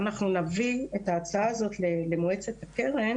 אנחנו נביא את ההצעה הזאת למועצת הקרן